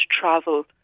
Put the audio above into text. travel